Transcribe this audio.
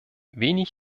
wenig